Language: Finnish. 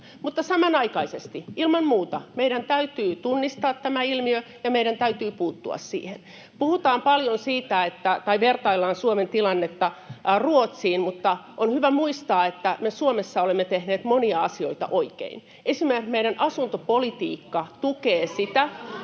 Samanaikaisesti, ilman muuta, meidän täytyy tunnistaa tämä ilmiö ja meidän täytyy puuttua siihen. [Petri Huru: Miten te puututte?] Paljon vertaillaan Suomen tilannetta Ruotsiin, mutta on hyvä muistaa, että me Suomessa olemme tehneet monia asioita oikein. Esimerkiksi meidän asuntopolitiikka [Välihuutoja